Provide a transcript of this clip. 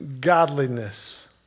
godliness